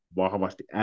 vahvasti